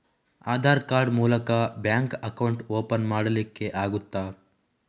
Aadhaar card ಮೂಲಕ bank account open ಮಾಡಲಿಕ್ಕೆ ಆಗುತಾ?